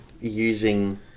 using